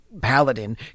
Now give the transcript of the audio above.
paladin